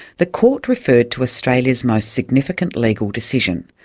the court referred to australia's most significant legal decision,